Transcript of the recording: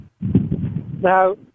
now